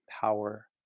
power